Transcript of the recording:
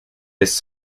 his